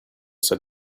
said